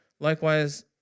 Likewise